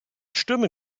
stürmen